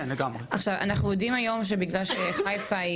אנחנו יודעים היום שחיפה,